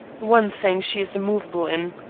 one thing she is immovable in.